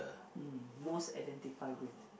mm most identify with